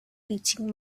teaching